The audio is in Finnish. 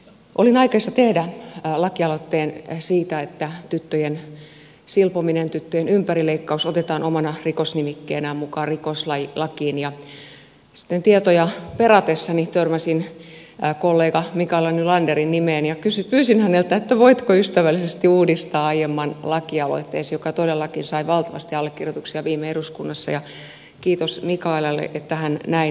olin aikeissa tehdä lakialoitteen siitä että tyttöjen silpominen tyttöjen ympärileikkaus otetaan omana rikosnimikkeenään mukaan rikoslakiin ja sitten tietoja peratessani törmäsin kollega mikaela nylanderin nimeen ja pyysin häneltä että voitko ystävällisesti uudistaa aiemman lakialoitteesi joka todellakin sai valtavasti allekirjoituksia viime eduskunnassa ja kiitos mikaelalle että hän näin teki